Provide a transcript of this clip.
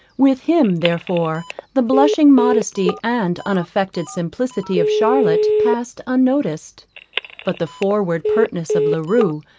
with him therefore the blushing modesty and unaffected simplicity of charlotte passed unnoticed but the forward pertness of la rue,